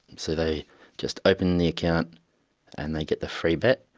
so they just open the account and they get the free bet,